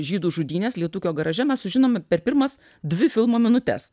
žydų žudynes lietūkio garaže mes sužinome per pirmas dvi filmo minutes